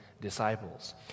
disciples